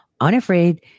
unafraid